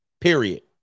Period